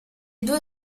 due